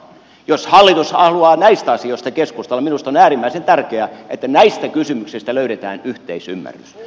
jos hallitus haluaa näistä asioista keskustella minusta on äärimmäisen tärkeää että näistä kysymyksistä löydetään yhteisymmärrys